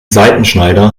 seitenschneider